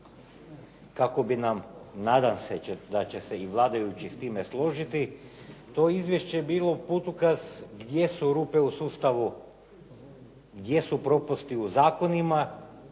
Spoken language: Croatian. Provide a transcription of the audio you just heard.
kako bi nadam se da će se i vladajući s time složiti, to izvješće bilo putokaz gdje su rupe u sustavu, gdje su propusti u zakonima